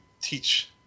teach